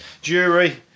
jury